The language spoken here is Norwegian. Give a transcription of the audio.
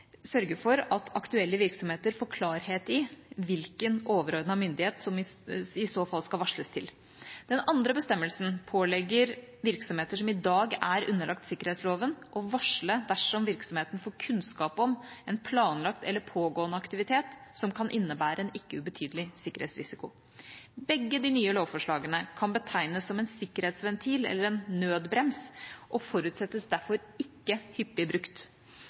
sørge for at aktuelle virksomheter får klarhet i hvilken overordnet myndighet som det i så fall skal varsles til. Den andre bestemmelsen pålegger virksomheter som i dag er underlagt sikkerhetsloven, å varsle dersom virksomheten får kunnskap om en planlagt eller pågående aktivitet som kan innebære en ikke ubetydelig sikkerhetsrisiko. Begge de nye lovforslagene kan betegnes som en sikkerhetsventil eller en nødbrems og forutsettes derfor ikke hyppig brukt,